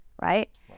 right